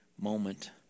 moment